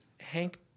Hank